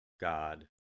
God